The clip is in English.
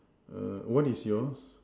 err what is yours